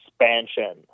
expansion